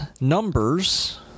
numbers